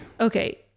Okay